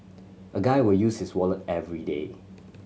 a guy will use his wallet everyday